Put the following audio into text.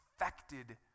affected